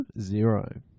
zero